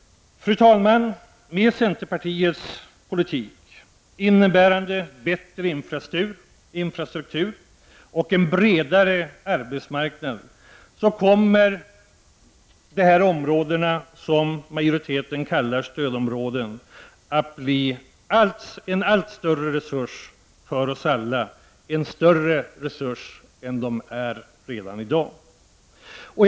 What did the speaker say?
Fru talman! Med centerpartiets politik — innebärande bättre infrastruktur och en bredare arbetsmarknad — kommer de områden som majoriteten kallar stödområden att bli en ännu större resurs för oss alla än vad de redan i dag är.